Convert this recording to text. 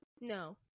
no